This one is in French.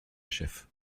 chefs